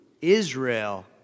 Israel